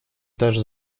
даже